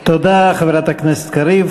תודה, חברת הכנסת קריב.